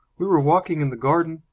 we were walking in the garden,